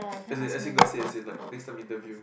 as in as in got say as in like make some interview